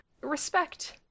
respect